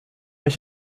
ich